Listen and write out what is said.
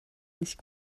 nicht